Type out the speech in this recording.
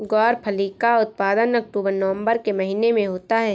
ग्वारफली का उत्पादन अक्टूबर नवंबर के महीने में होता है